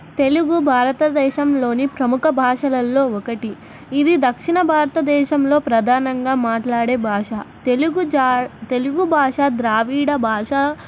తెలుగు భారతదేశంలోని ప్రముఖ భాషలల్లో ఒకటి ఇది దక్షిణ భారతదేశంలో ప్రధానంగా మాట్లాడే భాష తెలుగు తెలుగు భాష ద్రావిడ భాష